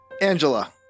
Angela